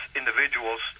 individuals